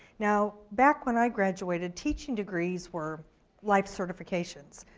now, back when i graduated, teaching degrees were life certifications.